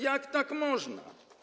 Jak tak można?